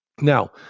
Now